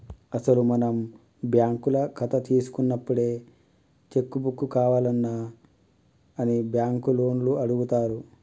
అసలు మనం బ్యాంకుల కథ తీసుకున్నప్పుడే చెక్కు బుక్కు కావాల్నా అని బ్యాంకు లోన్లు అడుగుతారు